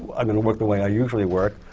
i'm going to work the way i usually work.